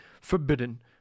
forbidden